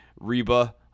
Reba